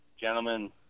Gentlemen